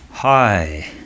Hi